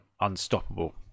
Unstoppable